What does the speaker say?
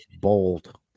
bold